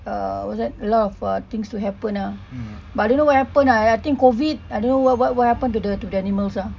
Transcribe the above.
err what's that a lot of uh things to happen ah but don't know what happen ah I think COVID I don't know what what happen to the animals ah